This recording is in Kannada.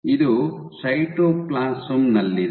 ಇದು ಸೈಟೋಪ್ಲಾಸಂ ನಲ್ಲಿದೆ